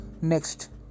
next